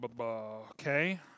Okay